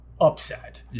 upset